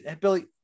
billy